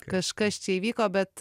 kažkas čia įvyko bet